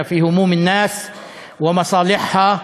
דואגים לטרדות האנשים ולאינטרסים שלהם.